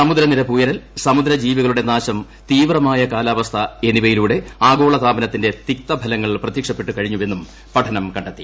സമുദ്രനിരപ്പ് ഉയരൽ സമുദ്ര ജീവികളുടെ നാശം തീവ്രമായ കാലാവസ്ഥ എന്നിവയിലൂടെ ആഗോളതാപനത്തിന്റെ തിക്തഫലങ്ങൾ പ്രത്യക്ഷപ്പെട്ടു കഴിഞ്ഞുവെന്നും പഠനം കണ്ടെത്തി